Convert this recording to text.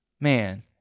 Man